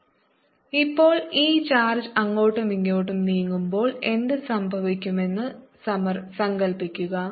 Total power q24A212π0c3 ഇപ്പോൾ ഈ charge അങ്ങോട്ടും ഇങ്ങോട്ടും നീങ്ങുമ്പോൾ എന്ത് സംഭവിക്കുമെന്ന് സങ്കൽപ്പിക്കുക